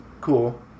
Cool